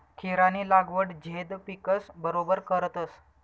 खीरानी लागवड झैद पिकस बरोबर करतस